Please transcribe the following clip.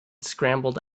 scrambled